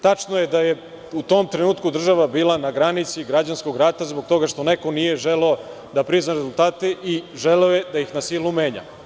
Tačno je da je u tom trenutku država bila na granici građanskog rata zbog toga što neko nije želeo da prizna rezultate i želeo je da ih na silu menja.